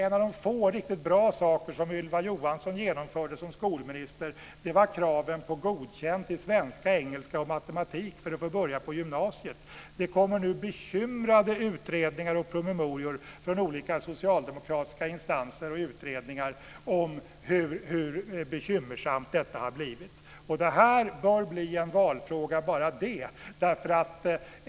En av de få riktigt bra saker som Ylva Johansson genomförde som skolminister var kraven på godkänt i svenska, engelska och matematik för att få börja på gymnasiet. Det kommer nu utredningsbetänkanden och promemorior från olika socialdemokratiska instanser och utredningar om hur bekymmersamt detta har blivit. Enbart detta bör bli en valfråga.